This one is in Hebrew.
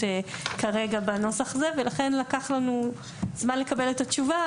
כרגע בנוסח הזה ולכן לקח לנו זמן לקבל את התשובה.